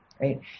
right